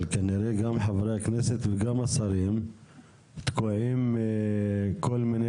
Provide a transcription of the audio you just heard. אבל כנראה גם חברי הכנסת וגם השרים תקועים עם כל מיני